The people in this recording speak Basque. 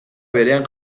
berean